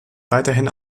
weiterhin